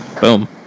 Boom